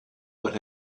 might